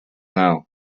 know